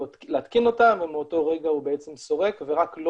להתקין אותה ומאותו רגע הוא בעצם סורק ורק לו